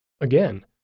again